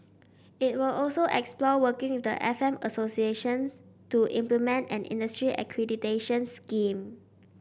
it will also explore working with the F M associations to implement an industry accreditation scheme